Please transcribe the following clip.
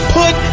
put